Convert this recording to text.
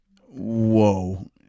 Whoa